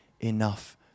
enough